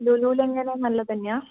ലുലു ൽ എങ്ങനെ നല്ലത് തന്ന്യ